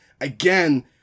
again